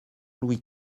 louis